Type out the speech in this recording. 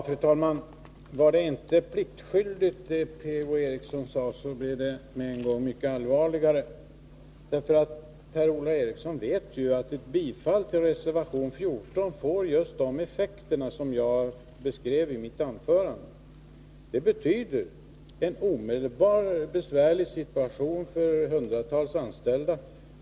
Fru talman! Var det inte pliktskyldigt, Per-Ola Eriksson, så blir det med en gång mycket allvarligare, för Per-Ola Eriksson vet ju att ett bifall till reservation 14 får just de effekter som jag beskrev i mitt anförande. Ett bifall betyder omedelbart en besvärlig situation för hundratals anställda.